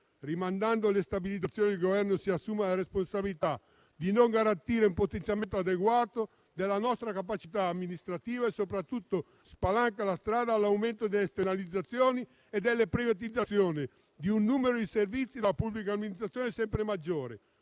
Rimandando le stabilizzazioni, il Governo si assume la responsabilità di non garantire un potenziamento adeguato della nostra capacità amministrativa e soprattutto spalanca la strada all'aumento delle esternalizzazioni e della privatizzazione di un numero sempre maggiore di servizi della pubblica amministrazione. Per tutti